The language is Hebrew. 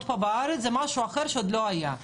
פה בארץ זה משהו אחר שעוד לא היה,